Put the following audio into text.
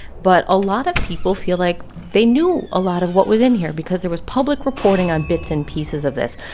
but a lot of people feel like they knew a lot of what was in here because there was public reporting on bits and pieces of this.